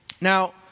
Now